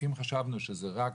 אם חשבנו שזה רק